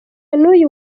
n’uyu